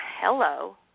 hello